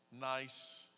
nice